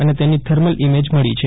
અને તેની thermal image મળી છે